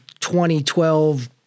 2012